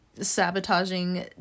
sabotaging